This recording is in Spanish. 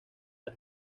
las